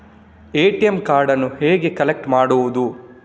ATM ಕಾರ್ಡನ್ನು ಹೇಗೆ collect ಮಾಡುವುದು?